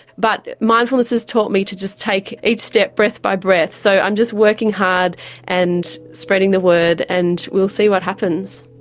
but mindfulness has taught me to just take each step breath by breath. so i'm just working hard and spreading the word, and we'll see what happens.